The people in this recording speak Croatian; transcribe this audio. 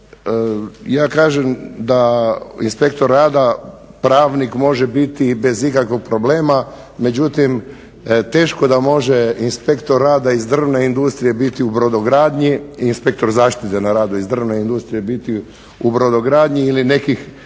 Ja kažem da inspektor rada, pravnik može biti i bez ikakvog problema. Međutim, teško da može inspektor rada iz drvne industrije biti u brodogradnji, inspektor zaštite na radu iz drvne industrije biti u brodogradnji ili nekih